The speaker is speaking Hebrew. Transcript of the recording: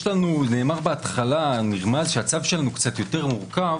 נרמז בהתחלה שהצו שלנו קצת יותר מורכב.